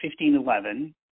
1511